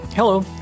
Hello